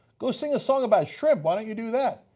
go sing a song about shrimp, why don't you do that?